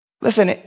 Listen